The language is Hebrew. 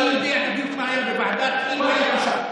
אני יודע בדיוק מה היה בוועדה, כאילו הייתי שם.